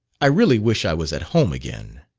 i really wish i was at home again.